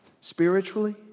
spiritually